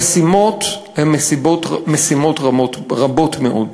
המשימות הן משימות רבות מאוד.